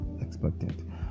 expected